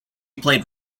played